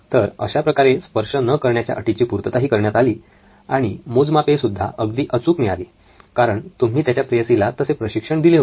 तरअशाप्रकारे स्पर्श न करण्याच्या अटीची पूर्तताही करण्यात आली आणि मोजमापे सुद्धा अगदी अचूक मिळाली कारण तुम्ही त्याच्या प्रेयसीला तसे प्रशिक्षण दिले होते